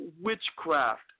witchcraft